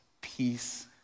peace